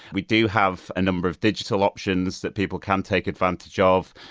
we do have a number of digital options that people can take advantage ah of.